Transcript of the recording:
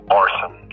arson